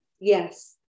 yes